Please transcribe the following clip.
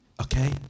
Okay